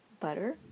Butter